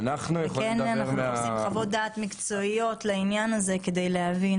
לכן אנחנו מחפשים חוות דעת מקצועיות לעניין הזה כדי להבין,